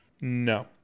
No